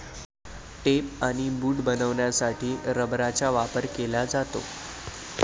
tape आणि boot बनवण्यासाठी रबराचा वापर केला जातो